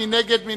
מי